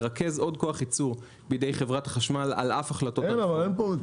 מרכז עוד כוח ייצור בידי חברת החשמל על אף החלטות הרפורמה.